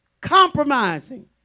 compromising